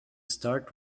start